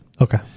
Okay